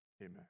Amen